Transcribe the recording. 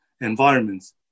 environments